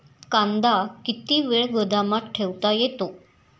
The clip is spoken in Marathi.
कांदा किती वेळ गोदामात ठेवता येतो?